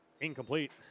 Incomplete